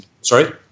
sorry